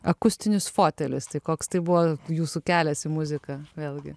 akustinis fotelis tai koks tai buvo jūsų kelias į muziką vėlgi